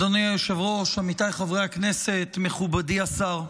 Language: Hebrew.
אדוני היושב-ראש, עמיתיי חברי הכנסת, מכובדי השר,